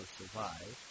survive